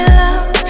love